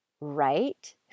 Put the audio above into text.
right